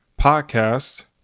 podcast